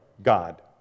God